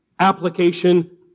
application